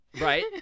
Right